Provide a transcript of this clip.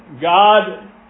God